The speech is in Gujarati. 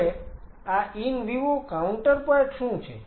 હવે આ ઈન વિવો કાઉન્ટરપાર્ટ શું છે